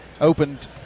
opened